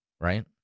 Right